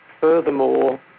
Furthermore